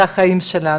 אלה החיים שלנו.